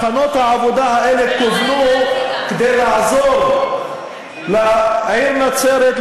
מחנות העבודה האלה כוונו לעזור לעיר נצרת,